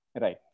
Right